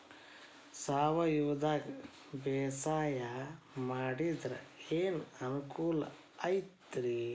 ಸಾವಯವದಾಗಾ ಬ್ಯಾಸಾಯಾ ಮಾಡಿದ್ರ ಏನ್ ಅನುಕೂಲ ಐತ್ರೇ?